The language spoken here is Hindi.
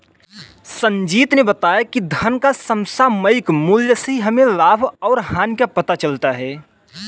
संजीत ने बताया धन का समसामयिक मूल्य से ही हमें लाभ और हानि का पता चलता है